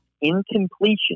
incompletion